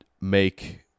make